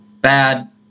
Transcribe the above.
bad